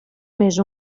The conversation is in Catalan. més